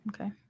Okay